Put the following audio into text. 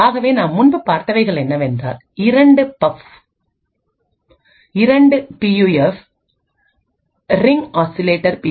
ஆகவே நாம்முன்பு பார்த்தவைகள்என்னவென்றால் இரண்டு பப்கள் ரிங் ஆசிலேட்டர் பி